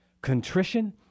Contrition